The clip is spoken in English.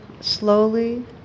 slowly